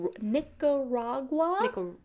Nicaragua